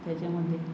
त्याच्यामध्ये